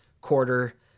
quarter